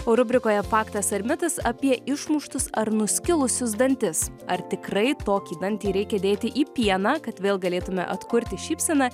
o rubrikoje faktas ar mitas apie išmuštus ar nuskilusius dantis ar tikrai tokį dantį reikia dėti į pieną kad vėl galėtume atkurti šypseną